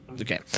okay